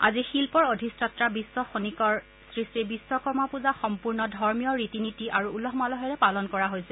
আজি শিল্পৰ অধিষ্ঠাতা বিশ্ব খনিকৰ শ্ৰীশ্ৰীবিশ্বকৰ্মা পূজা সম্পূৰ্ণ ধৰ্মীয় ৰীতি নীতি আৰু উলহ মালহেৰে পালন কৰা হৈছে